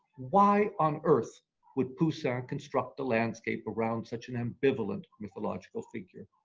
why on earth would poussin construct a landscape around such an ambivalent mythological figure?